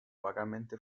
vagamente